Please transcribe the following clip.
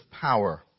power